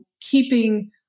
keeping